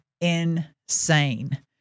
insane